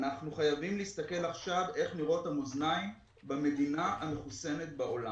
אנחנו חייבים לראות איך נראים המאזניים במדינה המחוסנת בעולם.